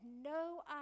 no